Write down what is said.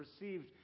received